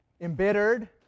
embittered